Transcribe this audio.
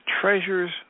Treasures